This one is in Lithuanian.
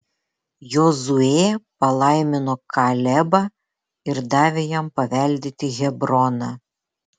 jozuė palaimino kalebą ir davė jam paveldėti hebroną